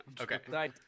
Okay